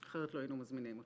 אחרת, לא היינו מזמינים אותך.